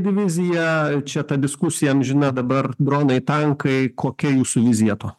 diviziją čia ta diskusija amžina dabar dronai tankai kokia jūsų vizija to